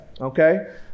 okay